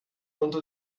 unter